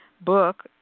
book